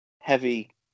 heavy